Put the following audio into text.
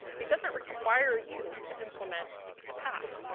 it doesn't require you to implement a path